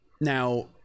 Now